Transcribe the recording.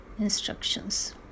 instructions